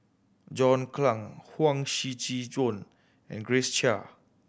John Clang Huang Shiqi Joan and Grace Chia